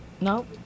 No